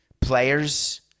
players